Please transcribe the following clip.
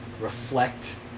Reflect